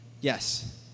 Yes